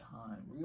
time